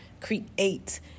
create